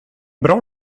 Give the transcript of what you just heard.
bra